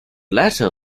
latter